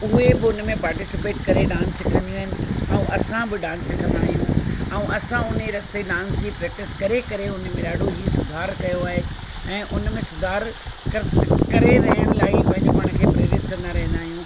उहे बि उन में पार्टीसिपेट करे डांस सिखंदियूं आहिनि ऐं असां बि डांस सिखंदा आहियूं ऐं असां उन रस्ते डांस जी प्रेक्टिस करे करे उन में ॾाढो ई सुधारु कयो आहे ऐं उन में सुधारु कर्त करे रहण लाइ पंहिंजे पाण खे प्रेरित कंदा रहंदा आहियूं